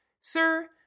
Sir